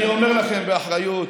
אני אומר לכם באחריות,